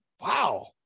Wow